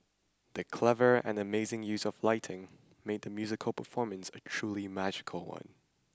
the clever and amazing use of lighting made the musical performance a truly magical one